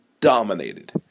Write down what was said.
dominated